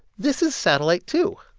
this is satellite, too.